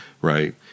Right